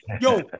Yo